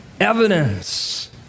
evidence